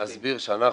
אני אסביר,